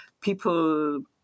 people